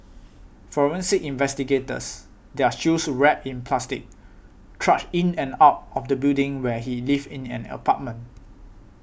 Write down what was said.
forensic investigators their shoes wrapped in plastic trudged in and out of the building where he lived in an apartment